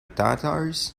tatars